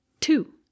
Two